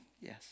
Yes